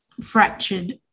fractured